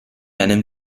einem